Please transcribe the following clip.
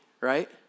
right